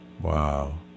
wow